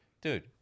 dude